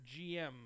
GM